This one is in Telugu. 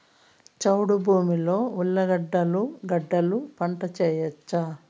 చౌడు భూమిలో ఉర్లగడ్డలు గడ్డలు పంట వేయచ్చా?